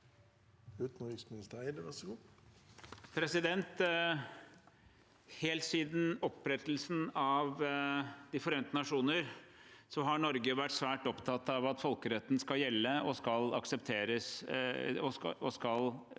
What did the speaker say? Helt siden opprettelsen av De forente nasjoner, har Norge vært svært opptatt av at folkeretten skal gjelde, skal aksepteres